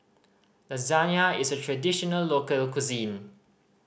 lasagne is a traditional local cuisine